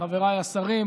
חבריי השרים,